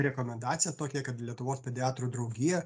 rekomendaciją tokią kad lietuvos pediatrų draugija